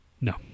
no